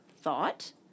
thought